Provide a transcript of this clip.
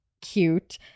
Cute